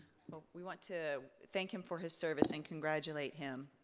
but we want to thank him for his service and congratulate him.